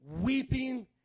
weeping